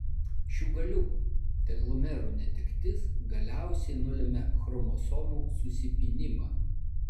šių galiukų telomerų netektis galiausiai nulemia chromosomų susipynimą